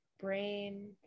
brain